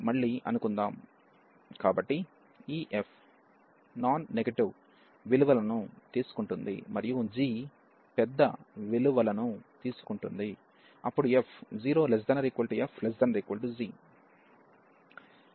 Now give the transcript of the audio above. కాబట్టి ఈ f non negative విలువలను తీసుకుంటుంది మరియు g పెద్ద విలువలను తీసుకుంటుంది అప్పుడు f 0≤f≤g